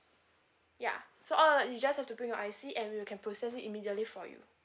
ya so all you just have to bring your I_C and we we can process it immediately for you